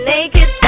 Naked